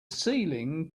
ceiling